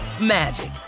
magic